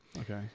okay